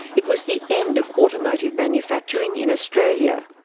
it was the end of automotive manufacturing in australia.